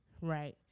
Right